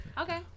Okay